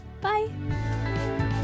bye